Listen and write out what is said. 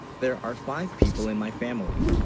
there are five people in my family,